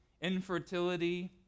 infertility